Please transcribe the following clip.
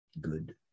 Good